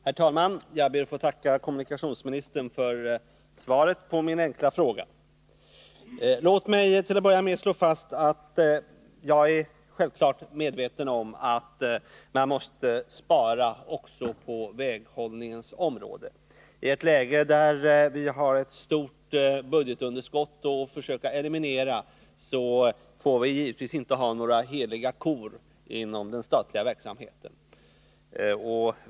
Herr talman! Jag ber att få tacka kommunikationsministern för svaret på min fråga. Låt mig till att börja med slå fast att jag självfallet är medveten om att man måste spara också på väghållningens område. I ett läge där vi har ett stort budgetunderskott, som vi måste försöka eliminera, får vi givetvis inte ha några heliga kor inom den statliga verksamheten.